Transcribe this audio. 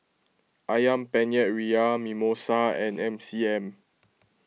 Ayam Penyet Ria Mimosa and M C M